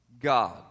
God